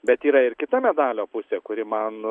bet yra ir kita medalio pusė kuri man